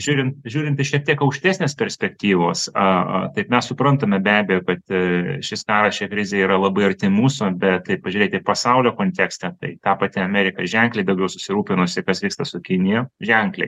žiūrim žiūrim į šiek tiek aukštesnės perspektyvos a a taip mes suprantame be abejo kad i šis tą ši krizė yra labai arti mūsų bet tai pažiūrėti pasaulio kontekstą tai ta pati amerika ženkliai daugiau susirūpinusi kas vyksta su kinija ženkliai